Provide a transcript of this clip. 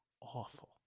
awful